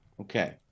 okay